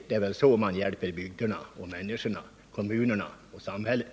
Det är väl så man hjälper bygderna, människorna, kommunerna och samhället.